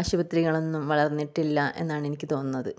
ആശുപത്രികളൊന്നും വളർന്നിട്ടില്ല എന്നാണ് എനിക്ക് തോന്നുന്നത്